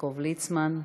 יעקב ליצמן.